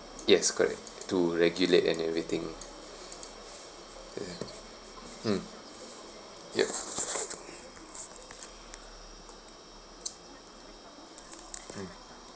yes correct to regulate and everything ya mm yep mm